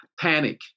panic